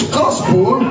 gospel